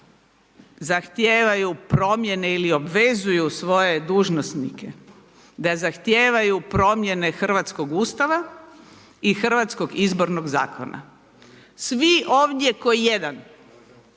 zahtijevaju promjene ili obvezuju svoje dužnosnike da zahtijevaju promjene Hrvatskog ustava i Hrvatskog izbornog zakona, svi ovdje ko jedan